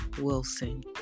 Wilson